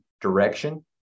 direction